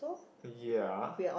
ya